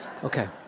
Okay